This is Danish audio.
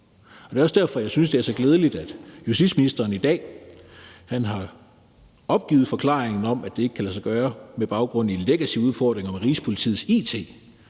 Det er også derfor, jeg synes, det er så glædeligt, at justitsministeren i dag har opgivet forklaringen om, at det ikke kan lade sig gøre med baggrund i legacyudfordringer med Rigspolitiets it,